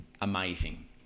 amazing